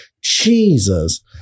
jesus